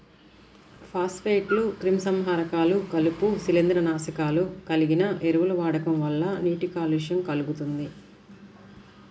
ఫాస్ఫేట్లు, క్రిమిసంహారకాలు, కలుపు, శిలీంద్రనాశకాలు కలిగిన ఎరువుల వాడకం వల్ల నీటి కాలుష్యం కల్గుతుంది